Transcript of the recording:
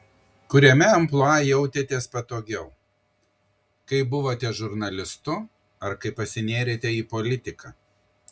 kuriame amplua jautėtės patogiau kai buvote žurnalistu ar kai pasinėrėte į politiką